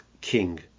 king